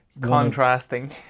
contrasting